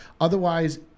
otherwise